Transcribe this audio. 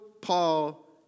Paul